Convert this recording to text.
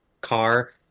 car